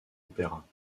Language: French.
opéras